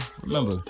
remember